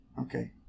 Okay